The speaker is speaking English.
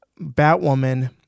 Batwoman